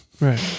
Right